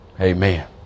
Amen